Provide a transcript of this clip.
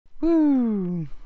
Woo